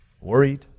worried